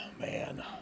man